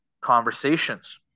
conversations